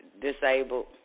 disabled